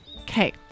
Okay